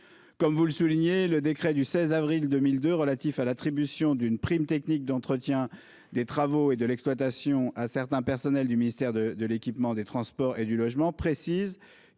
Comme vous le soulignez, le décret du 16 avril 2002 relatif à l'attribution d'une prime technique de l'entretien, des travaux et de l'exploitation à certains personnels du ministère de l'équipement, des transports et du logement précise